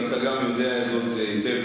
ואתה גם יודע זאת היטב,